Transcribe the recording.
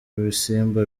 bisimba